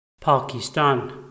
Pakistan